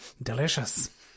Delicious